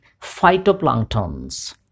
phytoplanktons